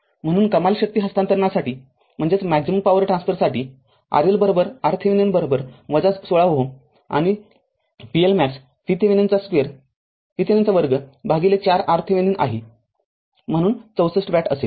म्हणूनकमाल शक्ती हस्तांतरणासाठी RL RThevenin १६ Ω आणि pLmax VThevenin 2 भागिले ४ RThevenin आहे म्हणून ६४ वॅट असेल